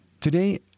Today